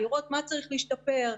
לראות מה צריך להשתפר,